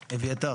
אביתר.